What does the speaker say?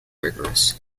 rigorous